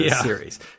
series